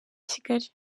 kigali